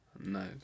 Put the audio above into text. Nice